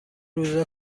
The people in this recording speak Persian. روزا